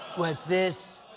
what's this?